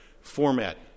format